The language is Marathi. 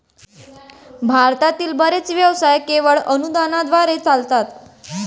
भारतातील बरेच व्यवसाय केवळ अनुदानाद्वारे चालतात